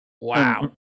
wow